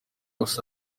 bose